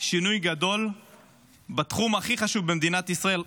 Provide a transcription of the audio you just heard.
שינוי גדול בתחום הכי חשוב במדינת ישראל,